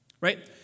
right